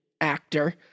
actor